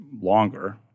longer